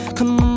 come